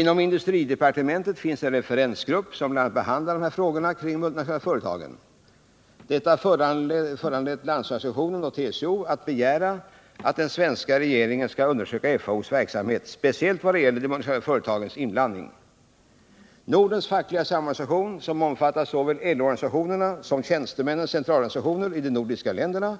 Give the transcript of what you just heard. Inom industridepartementet finns en referensgrupp, som bl.a. behandlar frågor om multinationella företag. Detta har föranlett LO och TCO att begära att den svenska regeringen skall undersöka FAO:s verksamhet, speciellt i vad gäller de multinationella företagens inblandning. Nordens fackliga samorganisation, som omfattar såväl LO-organisationerna som tjänstemännens centralorganisationer i de nordiska länderna,